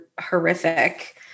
horrific